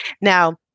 Now